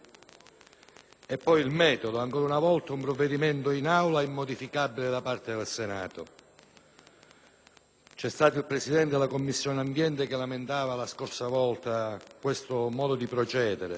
E poi il metodo: ancora una volta un provvedimento in Aula immodificabile da parte del Senato. Il Presidente della Commissione ambiente ha lamentato pochi giorni fa questo modo di procedere,